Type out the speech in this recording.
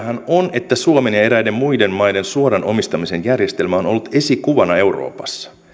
että suomen ja eräiden muiden maiden suoran omistamisen järjestelmä on ollut esikuvana euroopassa